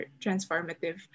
transformative